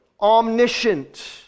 omniscient